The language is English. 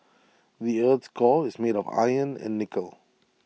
the Earth's core is made of iron and nickel